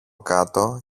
κάτω